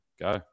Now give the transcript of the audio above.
Go